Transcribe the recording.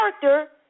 character